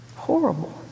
horrible